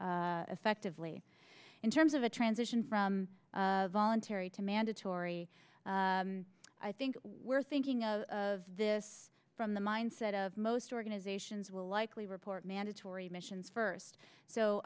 effectively in terms of a transition from voluntary to mandatory i think we're thinking of this from the mindset of most organizations will likely report mandatory missions first so